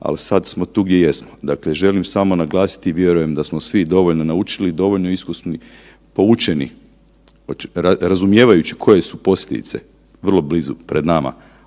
ali sad smo tu gdje jesmo. Dakle, želim samo naglasiti i vjerujem da smo svi dovoljno naučili, dovoljno iskusni, poučeni, razumijevajući koje su posljedice vrlo blizu pred nama